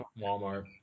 Walmart